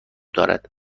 دارد